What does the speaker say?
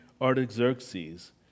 Artaxerxes